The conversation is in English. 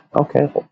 Okay